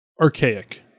archaic